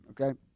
okay